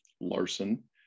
Larson